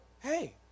hey